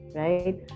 right